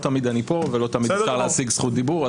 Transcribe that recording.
תמיד אני כאן ולא תמיד אפשר להשיג זכות דיבור.